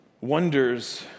wonders